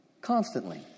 constantly